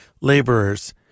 laborers